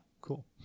cool